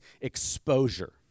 exposure